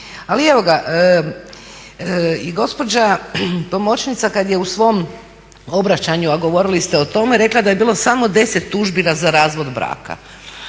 Ali evo ga i gospođa pomoćnica kad je u svom obraćanju, a govorili ste o tome, rekla da je bilo samo 10 tužbi za razvod braka.